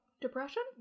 depression